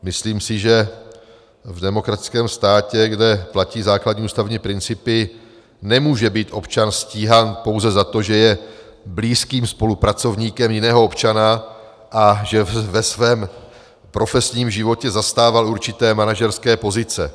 Myslím si, že v demokratickém státě, kde platí základní ústavní principy, nemůže být občan stíhán pouze za to, že je blízkým spolupracovníkem jiného občana a že ve svém profesním životě zastával určité manažerské pozice.